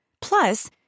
Plus